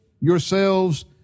yourselves